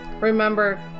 remember